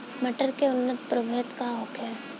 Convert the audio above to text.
मटर के उन्नत प्रभेद का होखे?